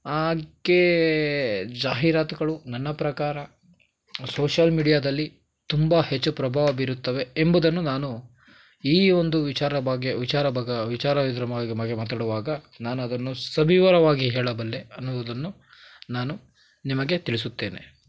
ಹಾಗೇ ಜಾಹೀರಾತುಗಳು ನನ್ನ ಪ್ರಕಾರ ಸೋಷ್ಯಲ್ ಮೀಡ್ಯಾದಲ್ಲಿ ತುಂಬ ಹೆಚ್ಚು ಪ್ರಭಾವ ಬೀರುತ್ತವೆ ಎಂಬುದನ್ನು ನಾನು ಈ ಒಂದು ವಿಚಾರ ಬಗ್ಗೆ ವಿಚಾರ ಬಗ ವಿಚಾರ ಇದ್ರ ಬಗ್ಗೆ ಮಾತಾಡುವಾಗ ನಾನು ಅದನ್ನು ಸವಿವರವಾಗಿ ಹೇಳಬಲ್ಲೆ ಅನ್ನುವುದನ್ನು ನಾನು ನಿಮಗೆ ತಿಳಿಸುತ್ತೇನೆ